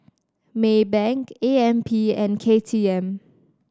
Maybank A M P and K T M